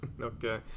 Okay